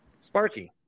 Sparky